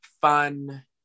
Fun